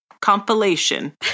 compilation